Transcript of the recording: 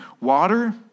water